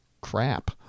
crap